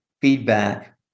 feedback